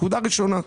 נקודה ראשונה.